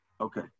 Okay